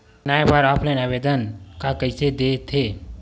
बनाये बर ऑफलाइन आवेदन का कइसे दे थे?